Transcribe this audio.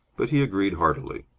but he agreed heartily.